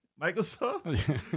Microsoft